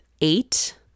eight